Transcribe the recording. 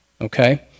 Okay